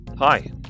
Hi